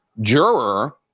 juror